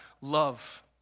love